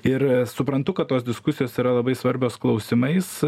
ir suprantu kad tos diskusijos yra labai svarbios klausimais